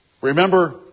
Remember